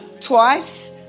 Twice